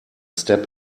step